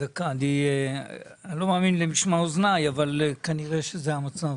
אני לא מאמין למשמע אוזניי, אבל כנראה שזה המצב.